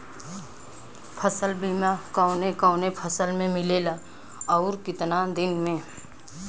फ़सल बीमा कवने कवने फसल में मिलेला अउर कितना दिन में?